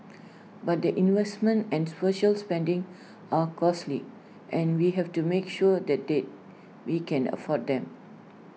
but the investments and social spending are costly and we have to make sure that they we can afford them